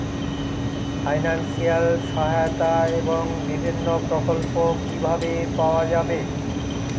Financial সহায়তা এবং বিভিন্ন প্রকল্প কিভাবে পাওয়া যাবে?